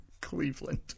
Cleveland